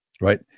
right